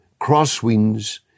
crosswinds